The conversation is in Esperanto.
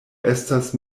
estas